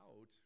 out